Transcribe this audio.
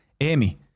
Amy